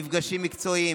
מפגשים מקצועיים,